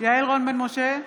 יעל רון בן משה,